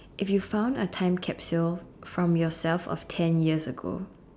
if we found a time capsule from yourself of ten years ago